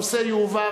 הנושא יועבר,